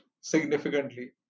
significantly